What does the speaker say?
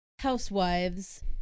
Housewives